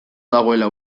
dagoela